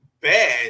bad